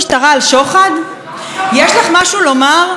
יש לך משהו לומר על מינוי המפכ"ל?